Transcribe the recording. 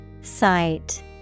Sight